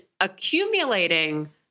accumulating